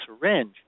syringe